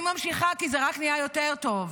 אני ממשיכה, כי זה רק נהיה יותר טוב.